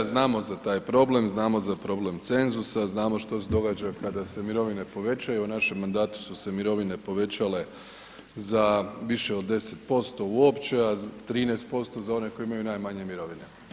Znamo za taj problem, znamo za problem cenzusa, znamo što se događa kada se mirovine povećaju, u našem mandatu su se mirovine povećale za više od 10% uopće, a 13% za one koji imaju najmanje mirovine.